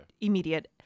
immediate